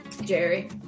jerry